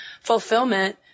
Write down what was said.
fulfillment